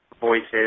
voices